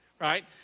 right